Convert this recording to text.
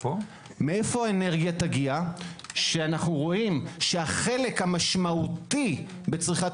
מאיפה היא תגיע אנו רואים שהחלק המשמעותי בצריכת